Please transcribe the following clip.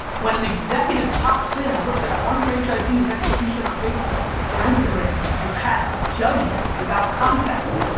when an executive pops in and looks at one franchisee's execution on facebook or instagram and casts judgment without context,